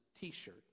t-shirt